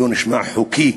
לא נשמע חוקי,